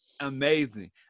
amazing